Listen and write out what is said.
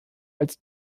als